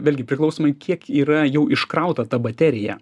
vėlgi priklausomai kiek yra jau iškrauta ta baterija